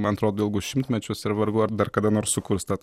man atrodo ilgus šimtmečius ir vargu ar dar kada nors sukurs tad